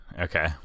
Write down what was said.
Okay